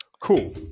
Cool